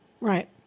Right